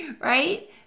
right